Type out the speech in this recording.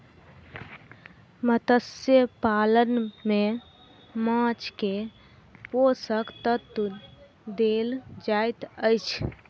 मत्स्य पालन में माँछ के पोषक तत्व देल जाइत अछि